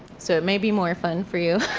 so it may be more fun for you.